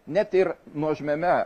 net ir nuožmiame